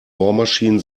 bohrmaschinen